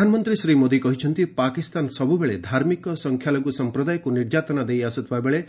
ପ୍ରଧାନମନ୍ତ୍ରୀ ଶ୍ରୀ ମୋଦୀ କହିଛନ୍ତି ପାକିସ୍ତାନ ସବୁବେଳେ ଧାର୍ମିକ ସଂଖ୍ୟାଲଘୁ ସମ୍ପ୍ରଦାୟକୁ ନିର୍ଯାତନା ଦେଇ ଆସୁଥିବା ବେଳେ